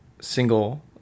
single